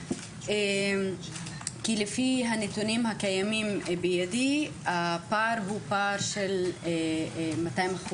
כי לפי הנתונים הקיימים בידי הפער הוא פער של 200%,